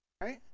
right